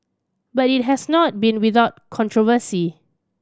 but it has not been without controversy